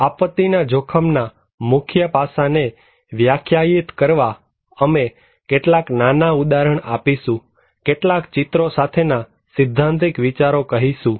આથી આપત્તિ ના જોખમના મુખ્ય પાસાને વ્યાખ્યાયિત કરવા અમે કેટલાક નાના ઉદાહરણ આપીશું કેટલાક ચિત્રો સાથેના સિદ્ધાંતિક વિચારો કહીશું